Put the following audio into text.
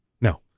No